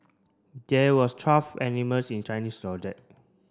there was twelve animals in Chinese